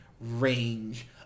range